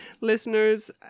listeners